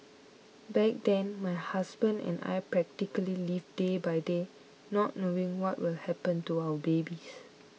back then my husband and I practically lived day by day not knowing what will happen to our babies